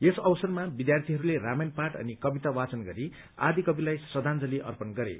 यस अवसरमा विद्यार्थीहरूले रामायण पाठ अनि कविता वाचन गरी आदिकविलाई श्रद्धांजलि अर्पण गरे